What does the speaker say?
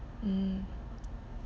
mm